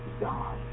God